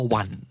one